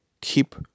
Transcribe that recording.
Keep